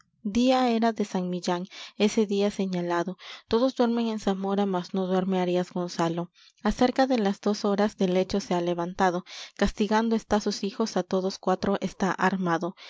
día era de san millán ese día señalado todos duermen en zamora mas no duerme arias gonzalo acerca de las dos horas del lecho se ha levantado castigando está sus hijos á todos cuatro está armando